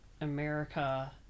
America